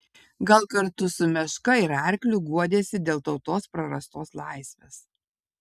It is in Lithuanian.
gal kartu su meška ir arkliu guodėsi dėl tautos prarastos laisvės